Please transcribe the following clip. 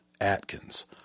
atkins